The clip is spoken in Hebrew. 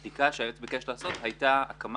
הבדיקה שהיועץ ביקש לעשות הייתה הקמה